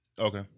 Okay